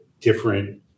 different